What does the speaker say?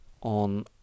on